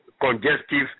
congestive